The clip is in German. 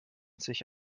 sich